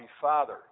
father